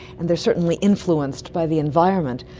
and they are certainly influenced by the environment.